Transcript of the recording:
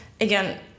again